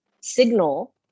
signal